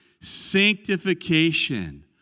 Sanctification